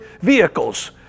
vehicles